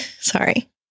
Sorry